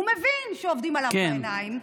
הוא מבין שעובדים עליו בעיניים.